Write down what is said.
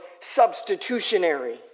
substitutionary